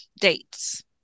dates